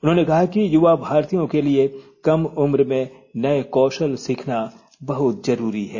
उन्होंने कहा कि युवा भारतीयों के लिए कम उम्र में नए कौशल सीखना बहत जरूरी है